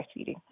breastfeeding